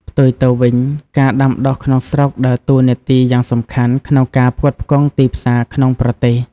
ផ្ទុយទៅវិញ ការដាំដុះក្នុងស្រុកដើរតួនាទីយ៉ាងសំខាន់ក្នុងការផ្គត់ផ្គង់ទីផ្សារក្នុងប្រទេស។